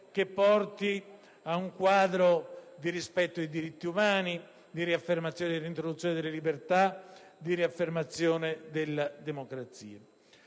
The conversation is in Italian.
che porti a un quadro di rispetto dei diritti umani, di riaffermazione e reintroduzione delle libertà e della democrazia.